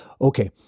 Okay